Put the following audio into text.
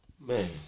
Man